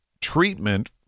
treatment